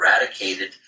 eradicated